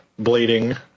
blading